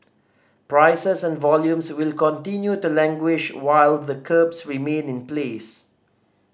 prices and volumes will continue to languish while the curbs remain in place